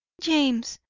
james!